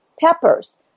Peppers